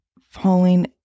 falling